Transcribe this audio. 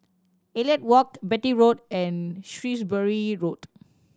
Elliot Walk Beatty Road and Shrewsbury Road